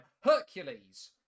Hercules